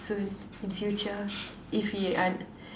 soon in future if we aren't